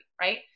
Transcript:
right